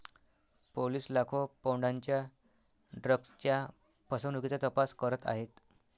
police लाखो पौंडांच्या ड्रग्जच्या फसवणुकीचा तपास करत आहेत